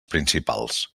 principals